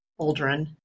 Aldrin